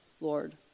Lord